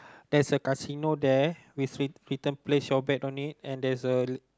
there's a casino there with written place your back on it and there's a